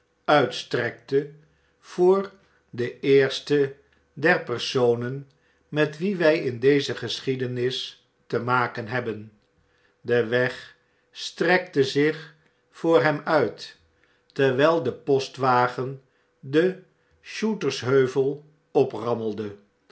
uitstrekte voor den eersten der personen met wien wjj in deze geschiedenis te maken hebben de weg strekte zich voor hem uit terwijl de postwagen den shootersheuvel oprammelde